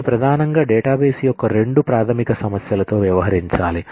ఇది ప్రధానంగా డేటాబేస్ యొక్క రెండు ప్రాథమిక సమస్యలతో వ్యవహరించాలి